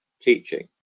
teaching